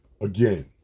again